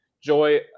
Joy